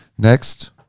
Next